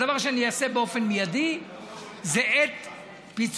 הדבר שאני אעשה באופן מיידי זה את פיצול,